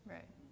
Right